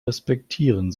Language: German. respektieren